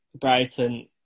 Brighton